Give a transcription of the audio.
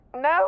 No